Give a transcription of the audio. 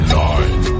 nine